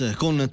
con